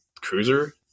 cruiser